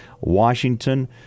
Washington